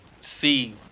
see